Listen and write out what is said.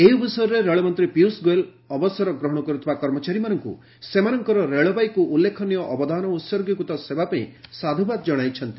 ଏହି ଅବସରରେ ରେଳମନ୍ତ୍ରୀ ପିୟୁଷ୍ ଗୋୟଲ୍ ଅବସର ଗ୍ରହଣ କରୁଥିବା କର୍ମଚାରୀମାନଙ୍କୁ ସେମାନଙ୍କର ରେଳବାଇକୁ ଉଲ୍ଲେଖନୀୟ ଅବଦାନ ଓ ଉତ୍ଗୀକୃତ ସେବା ପାଇଁ ସାଧୁବାଦ ଜଣାଇଛନ୍ତି